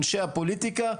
אנשי הפוליטיקה,